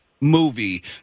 movie